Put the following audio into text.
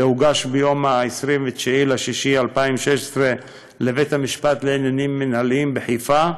זה הוגש ביום 29 ביוני 2016 לבית-המשפט לעניינים מינהליים בחיפה,